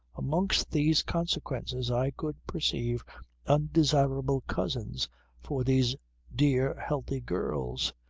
amongst these consequences i could perceive undesirable cousins for these dear healthy girls,